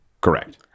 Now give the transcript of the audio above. Correct